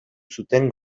zuten